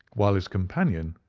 while his companion,